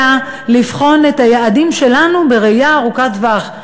אלא לבחון את היעדים שלנו בראייה ארוכת טווח,